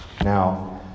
Now